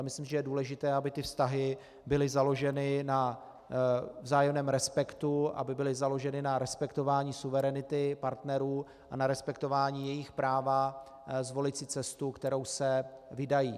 Myslím, že je důležité, aby vztahy byly založeny na vzájemném respektu, aby byly založeny na respektování suverenity partnerů a na respektování jejich práva zvolit si cestu, kterou se vydají.